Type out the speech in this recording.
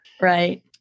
Right